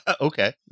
Okay